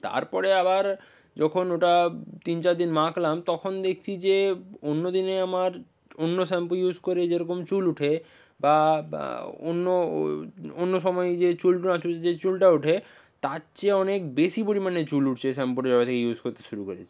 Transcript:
তারপরে আবার যখন ওটা তিন চারদিন মাখলাম তখন দেখছি যে অন্য দিনে আমার অন্য শ্যাম্পু ইউজ করে যে রকম চুল ওঠে বা অন্য অন্য সময় যে যে চুলটা ওঠে তার চেয়ে অনেক বেশি পরিমাণে চুল উঠছে শ্যাম্পুটা যবে থেকে ইউজ করতে শুরু করেছি